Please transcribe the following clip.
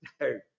no